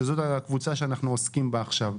שזאת הקבוצה שאנחנו עוסקים בה עכשיו,